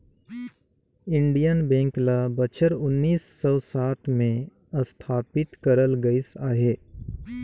Indian bank ल बछर उन्नीस सव सात में असथापित करल गइस अहे